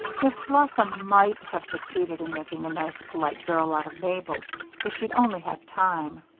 miss blossom might have succeeded in making a nice, polite girl out of mabel if she'd only had time